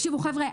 חבר'ה,